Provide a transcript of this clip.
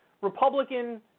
Republican